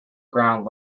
ground